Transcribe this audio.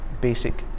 basic